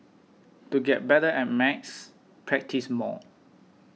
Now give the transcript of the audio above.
to get better at maths practise more